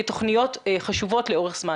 כתוכניות חשובות לאורך זמן.